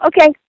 okay